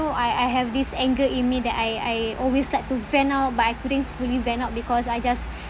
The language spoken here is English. I I have this anger in me that I I always like to vent out but I couldn't fully vent out because I just